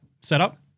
setup